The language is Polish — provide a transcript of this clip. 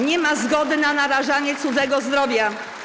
Nie ma zgody na narażanie cudzego zdrowia.